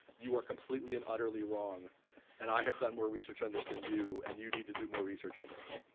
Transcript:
you are completely and utterly wrong and i have done more research on this than you and you need to do more research on this.